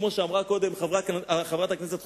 כמו שאמרה קודם חברת הכנסת חוטובלי,